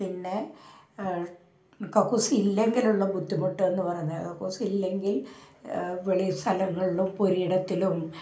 പിന്നെ കക്കൂസ് ഇല്ലെങ്കിലുള്ള ബുദ്ധിമുട്ട് എന്ന് പറഞ്ഞാൽ കക്കൂസ് ഇല്ലെങ്കിൽ വെളിയിൽ സ്ഥലങ്ങളിലും പുരയിടത്തിലും